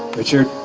richard,